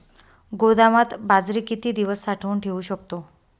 गोदामात बाजरी किती दिवस साठवून ठेवू शकतो?